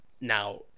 Now